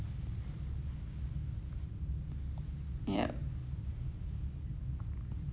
yup